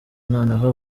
noneho